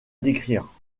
décrire